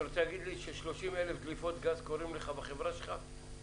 אתה רוצה להגיד לי ש-30 אלף דליפות גז קורים לך בחברה שלך ברבעון?